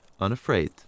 unafraid